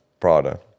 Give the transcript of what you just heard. Prada